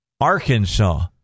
Arkansas